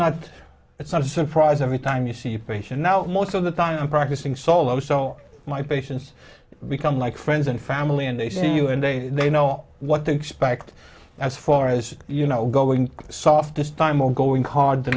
not it's not a surprise every time you see patients now most of the time i'm practicing solo so my patients become like friends and family and they see you and they they know what to expect as far as you know going soft this time or going hard the